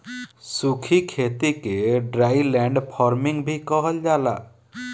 सूखी खेती के ड्राईलैंड फार्मिंग भी कहल जाला